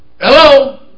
Hello